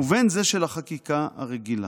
ובין זה של החקיקה הרגילה'